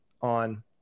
on